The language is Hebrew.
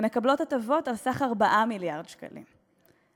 ומקבלות הטבות בסך 4 מיליארד שקלים.